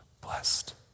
blessed